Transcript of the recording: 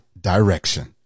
direction